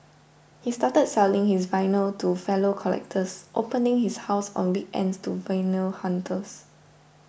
he started selling his vinyls to fellow collectors opening up his house on weekends to vinyl hunters